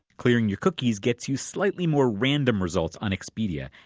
clearing your cookies gets you slightly more-random results on expedia.